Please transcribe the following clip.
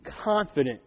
confident